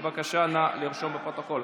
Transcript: בבקשה, נא לרשום בפרוטוקול.